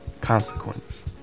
consequence